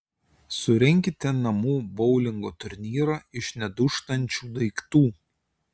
surenkite namų boulingo turnyrą iš nedūžtančių daiktų